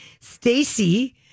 Stacey